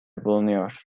bulunuyor